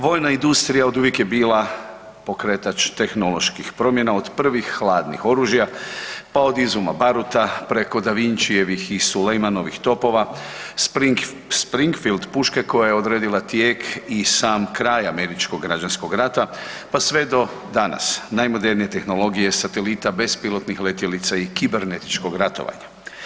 Vojna industrija oduvijek je bila pokretač tehnoloških promjena od prvih hladnih oružja, pa od izuma baruta preko Da Vincijevih i Sulejmanovih topova, springfild puške koje je odredila tijek i sam kraj Američkog građanskog rata, pa sve do danas najmodernije tehnologije, satelita, bespilotnih letjelica i kibernetičkog ratovanja.